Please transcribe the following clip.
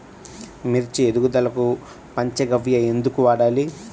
మిర్చి ఎదుగుదలకు పంచ గవ్య ఎందుకు వాడాలి?